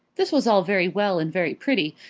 this was all very well and very pretty,